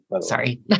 Sorry